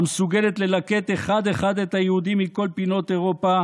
המסוגלת ללקט אחד-אחד את היהודים מכל פינות אירופה,